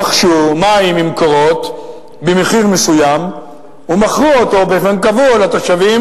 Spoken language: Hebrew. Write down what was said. רכשו מים מ"מקורות" במחיר מסוים ומכרם אותו לתושבים